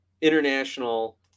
international